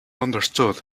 understood